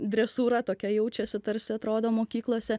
dresūra tokia jaučiasi tarsi atrodo mokyklose